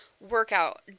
workout